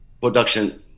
production